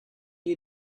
you